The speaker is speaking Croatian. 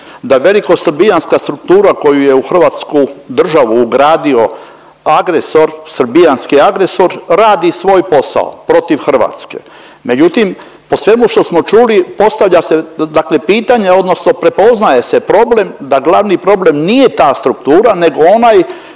da velikosrbijanska struktura koju je u Hrvatsku državu ugradio agresor, srbijanski agresor, radi svoj posao protiv Hrvatske. Međutim po svemu što smo čuli postavlja se dakle pitanje odnosno prepoznaje se problem da glavni problem nije ta struktura nego onaj